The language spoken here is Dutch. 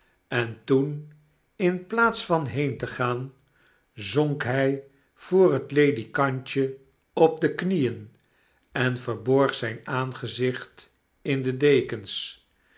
en toen in plaats van heen te gaan zonk hy voor het ledikantje op de knieen en verborg zyn aangezicbt in de dekens